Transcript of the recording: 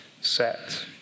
set